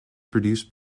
produced